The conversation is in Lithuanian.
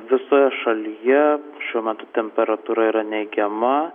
visa šalyje šiuo metu temperatūra yra neigiama